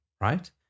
right